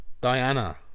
Diana